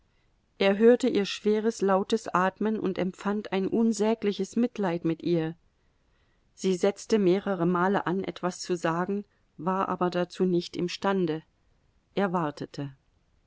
er hörte ihr schweres lautes atmen und empfand ein unsägliches mitleid mit ihr sie setzte mehrere male an etwas zu sagen war aber dazu nicht imstande er wartete